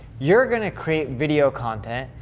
you're gonna create video content.